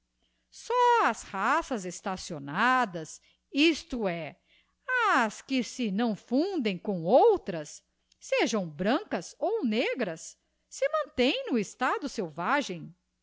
só as raças estacionadas isto é as que se não fundem com outras sejam brancas ou negras se mantém no estado selvagem